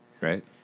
Right